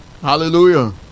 Hallelujah